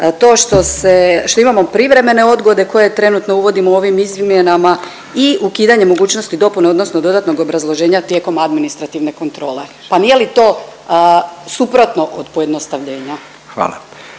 se, što imamo privremene odgode koje trenutno uvodimo ovim izmjenama i ukidanje mogućnosti dopune odnosno dodatnog obrazloženja tijekom administrativne kontrole, pa nije li to suprotno od pojednostavljenja?